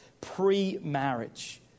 pre-marriage